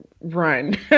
run